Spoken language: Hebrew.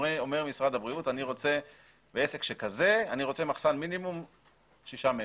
אומר משרד הבריאות שבעסק כזה הוא רוצה מחסן מינימום שישה מטרים.